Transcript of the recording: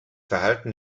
verhalten